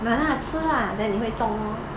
!hanna! 吃 lah then 你会中 lor